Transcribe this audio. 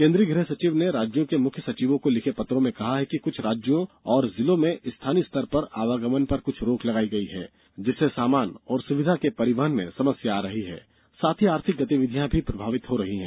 केन्द्रीय गृह सचिव ने राज्यों के मुख्य सचिवों को लिखे पत्रों में कहा है कि कुछ राज्यों और जिलों में स्थानीय स्तर पर आवागमन पर कुछ रोक लगाई गई है जिससे सामान और सुविधा के परिवहन में समस्या आ रही है साथ ही आर्थिक गतिविधियां भी प्रभावित हो रही हैं